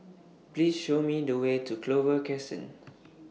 Please Show Me The Way to Clover Crescent